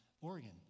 Oregon